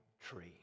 tree